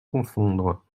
confondre